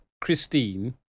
Christine